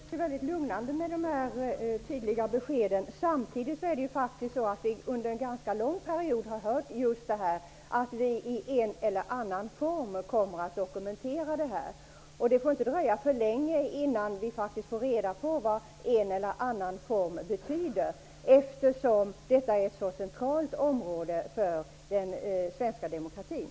Herr talman! Det känns mycket lugnande med de här tydliga beskeden. Samtidigt har vi under en ganska lång period hört just att detta kommer att dokumenteras i ''en eller annan form''. Men det får inte dröja för länge innan vi får reda på vad en eller annan form betyder, eftersom detta är ett så centralt område för den svenska demokratin.